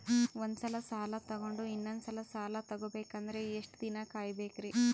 ಒಂದ್ಸಲ ಸಾಲ ತಗೊಂಡು ಇನ್ನೊಂದ್ ಸಲ ಸಾಲ ತಗೊಬೇಕಂದ್ರೆ ಎಷ್ಟ್ ದಿನ ಕಾಯ್ಬೇಕ್ರಿ?